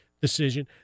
decision